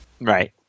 Right